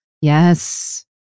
Yes